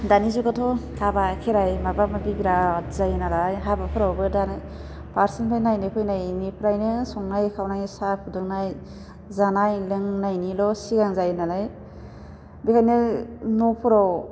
दानि जुगावथ' हाबा खेराइ माबा माबि बिराथ जायो नालाय हाबाफोरावबो दा फार्सेनिफ्राय नायनो फैनायनिफ्रायनो संनाय खावनाय साहा फुदुंनाय जानाय लोंनायनिल' सिगां जायो नालाय बेखायनो न'फोराव